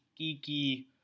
geeky